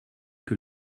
que